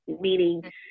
meaning